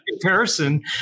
comparison